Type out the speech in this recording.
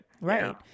right